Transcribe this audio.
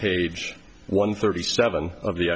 page one thirty seven of the